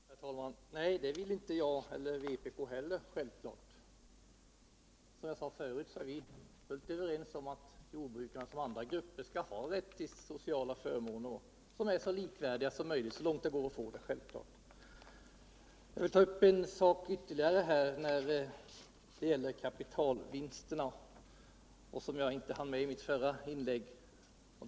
Herr talman! Det vill inte jag eller vpk heller — det är självklart. Som jag sade förut är vi fullt överens om att jordbrukarna så långt det är möjligt skall ha rätt till sociala förmåner som är så likvärdiga andra gruppers som möjligt. Jag vill ta upp ytterligare en sak beträffande kapitalvinsterna som jag inte hann med i mitt förra inlägg.